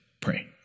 pray